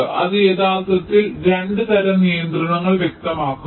അത് യഥാർത്ഥത്തിൽ 2 തരം നിയന്ത്രണങ്ങൾ വ്യക്തമാക്കുന്നു